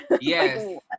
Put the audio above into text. Yes